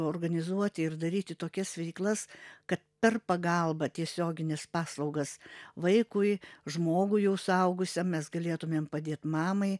organizuoti ir daryti tokias veiklas kad per pagalbą tiesiogines paslaugas vaikui žmogui jau suaugusiam mes galėtumėm padėt mamai